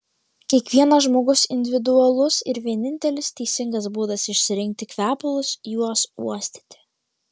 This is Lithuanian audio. kiekvienas žmogus individualus ir vienintelis teisingas būdas išsirinkti kvepalus juos uostyti